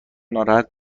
ناراحت